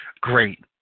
Great